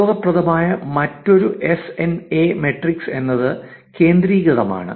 ഉപയോഗപ്രദമായ മറ്റൊരു SNA metrics എന്നത് കേന്ദ്രീകൃതമാണ്